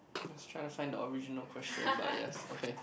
let's try to find the original question but yes okay